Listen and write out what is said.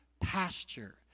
pasture